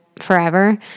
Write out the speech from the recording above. forever